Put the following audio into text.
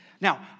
Now